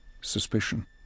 suspicion